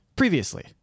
Previously